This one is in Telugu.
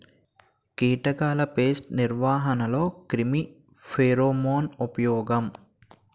కీటకాల పేస్ట్ నిర్వహణలో క్రిమి ఫెరోమోన్ ఉపయోగం